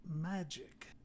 magic